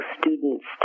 students